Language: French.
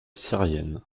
syrienne